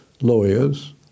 lawyers